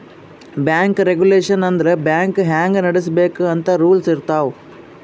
bank regulation ಅಂದುರ್ bank ಹ್ಯಾಂಗ್ ನಡುಸ್ಬೇಕ್ ಅಂತ್ ರೂಲ್ಸ್ ಇರ್ತಾವ್